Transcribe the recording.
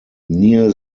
near